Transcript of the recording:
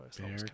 Bear